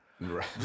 Right